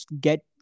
get